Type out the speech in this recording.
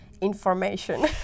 information